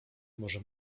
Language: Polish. może